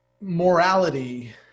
morality